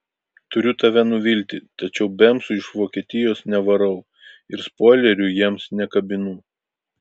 turiu tave nuvilti tačiau bemsų iš vokietijos nevarau ir spoilerių jiems nekabinu